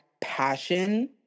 passion